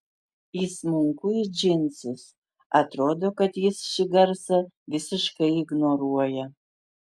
įsmunku į džinsus atrodo kad jis šį garsą visiškai ignoruoja